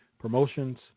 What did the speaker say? promotions